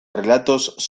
relatos